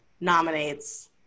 nominates